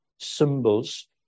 symbols